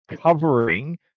covering